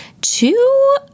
two